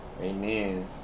Amen